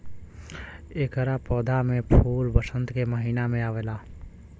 एकरा पौधा में फूल वसंत के महिना में आवेला